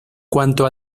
cuanto